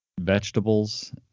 vegetables